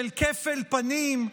של כפל פנים?